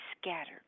scattered